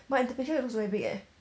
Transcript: but in the picture it looks very big eh